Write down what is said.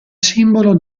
simbolo